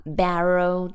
barrel